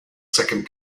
second